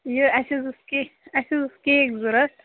یہِ اَسہِ حظ اوس کیک اَسہِ حظ اوس کیک ضوٚرَتھ